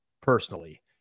Personally